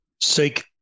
seek